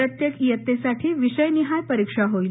प्रत्येक डेस्तेसाठी विषयनिहाय परीक्षा होईल